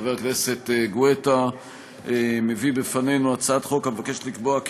חבר הכנסת גואטה מביא בפנינו הצעת חוק המבקשת לקבוע כי